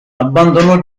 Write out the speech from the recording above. abbandonò